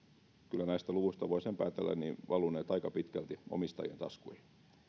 kyllä näistä luvuista voi sen päätellä valuneet aika pitkälti omistajien taskuihin